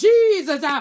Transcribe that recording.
Jesus